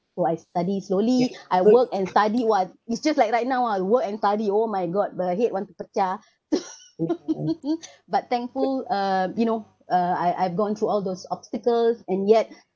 so I study slowly I work and study !wah! it's just like right now ah work and study oh my god but the head want to pecah but thankful uh you know uh I I've gone through all those obstacles and yet